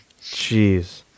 Jeez